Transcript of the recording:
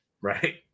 Right